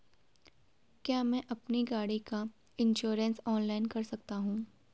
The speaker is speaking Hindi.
क्या मैं अपनी गाड़ी का इन्श्योरेंस ऑनलाइन कर सकता हूँ?